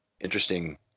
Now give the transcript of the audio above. interesting